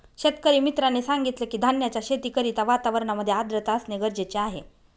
शेतकरी मित्राने सांगितलं की, धान्याच्या शेती करिता वातावरणामध्ये आर्द्रता असणे गरजेचे आहे